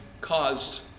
caused